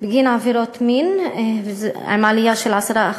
בגין עבירות מין, עלייה של 10%,